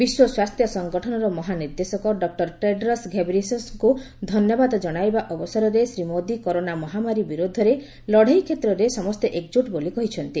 ବିଶ୍ୱ ସ୍ୱାସ୍ଥ୍ୟ ସଙ୍ଗଠନର ମହାନିର୍ଦ୍ଦେଶକ ଡକ୍ଟର ଟେଡ୍ରସ୍ ଘେବ୍ରିୟସସ୍କୁ ଧନ୍ୟବାଦ କଶାଇବା ଅବସରରେ ଶ୍ରୀ ମୋଦି କରୋନା ମହାମାରୀ ବିରୋଧରେ ଲଡ଼େଇ କ୍ଷେତ୍ରରେ ସମସ୍ତେ ଏକଜୁଟ ବୋଲି କହିଛନ୍ତି